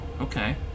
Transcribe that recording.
okay